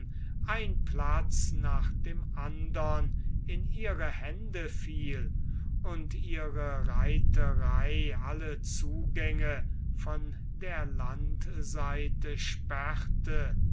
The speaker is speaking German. ein platz nach dem andern in ihre hände fiel und ihre reiterei alle zugänge von der landseite sperrte